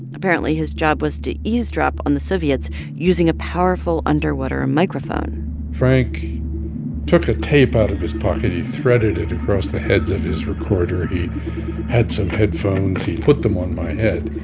apparently, his job was to eavesdrop on the soviets using a powerful underwater microphone frank took a tape out of his pocket. he threaded it across the heads of his recorder. he had some headphones. he put them on my head.